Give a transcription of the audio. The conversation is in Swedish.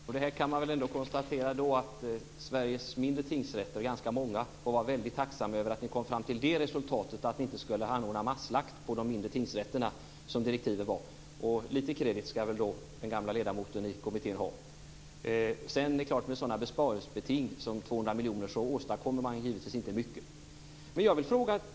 Herr talman! Här får man väl ändå konstatera att Sveriges mindre tingsrätter, och de är ganska många, får vara väldigt tacksamma för att ni kom fram till resultatet att ni inte skulle anordna masslakt på de mindre tingsrätterna, som direktiven var. Lite credit ska den gamla ledamoten i kommittén ha. Men med sådana besparingsbeting som 200 miljoner åstadkommer man givetvis inte mycket.